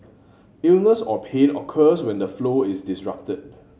illness or pain occurs when the flow is disrupted